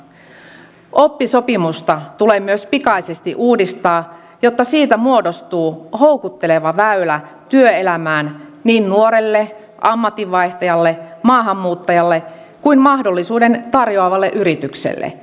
myös oppisopimusta tulee pikaisesti uudistaa jotta siitä muodostuu houkutteleva väylä työelämään niin nuorelle ammatinvaihtajalle maahanmuuttajalle kuin mahdollisuuden tarjoavalle yritykselle